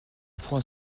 point